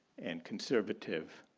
and conservative,